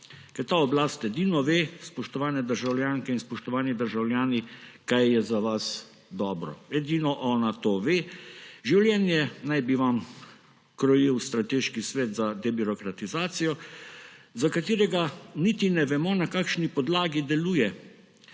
ta oblast edino ve, spoštovane državljanke in spoštovani državljani, kaj je za vas dobro. Edino ona to ve. Življenje naj bi vam krojil Strateški svet za debirokratizacijo, za katerega niti ne vemo, na kakšni podlagi deluje,